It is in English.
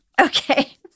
Okay